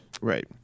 right